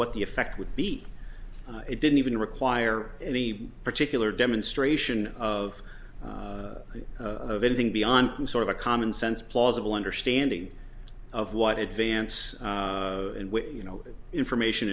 what the effect would be it didn't even require any particular demonstration of anything beyond some sort of a commonsense plausible understanding of what advance you know information